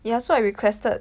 ya so I requested